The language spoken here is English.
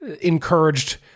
encouraged